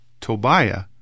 Tobiah